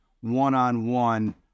one-on-one